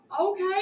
okay